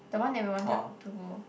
the one that we wanted to go